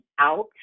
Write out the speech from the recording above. out